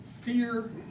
fear